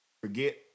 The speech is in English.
forget